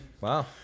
Wow